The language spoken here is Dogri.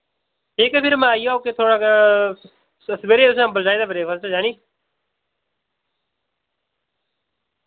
ठीक ऐ फिर मैं आइया ओके थुआढ़ा सवेरे तुसें अम्बल चाहिदा ब्रेकफास्ट च हैनी